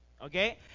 Okay